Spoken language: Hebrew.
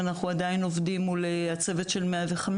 ואנחנו עדיין עובדים מול הצוות של 105,